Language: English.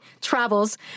travels